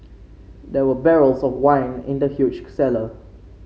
there were barrels of wine in the huge cellar